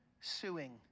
suing